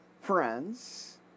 friends